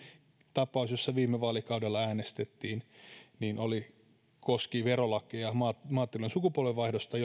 tapaus jossa viime vaalikaudella äänestettiin koski verolakeja maatilojen sukupolvenvaihdosta